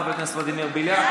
חבר הכנסת ולדימיר בליאק,